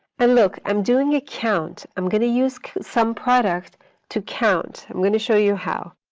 and look, i'm doing a count. i'm going to use sumproduct to count. i'm going to show you how.